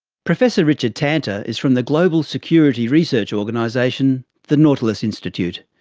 professor richard tanter is from the global security research organisation, the nautilus institute.